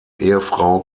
ehefrau